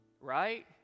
Right